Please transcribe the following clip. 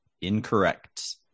Incorrect